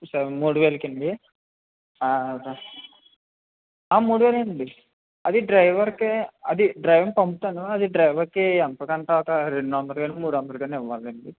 సరే మూడు వేలకా అండి మూడు వేలే అండి అది డ్రైవర్ కే అది డ్రైవర్ ని పంపుతాను అది డ్రైవర్ కి ఎంతో కొంత ఒక రెండు వందలు కాని మూడు వందలు కాని ఇవ్వాలండి